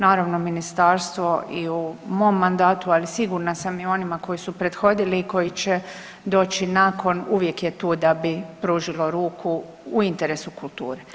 Naravno ministarstvo i u mom mandatu, ali sigurna sam i u onima koji su prethodili i koji će doći nakon uvijek je tu da bi pružilo ruku u interesu kulture.